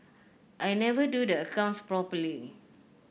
I never do the accounts properly